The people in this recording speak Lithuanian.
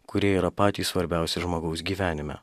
kurie yra patys svarbiausi žmogaus gyvenime